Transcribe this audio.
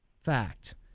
fact